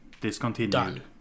discontinued